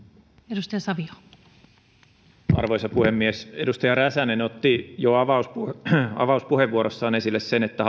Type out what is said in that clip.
arvoisa puhemies edustaja räsänen otti jo avauspuheenvuorossaan esille sen että